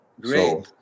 Great